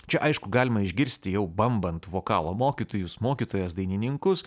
čia aišku galima išgirsti jau bambant vokalo mokytojus mokytojas dainininkus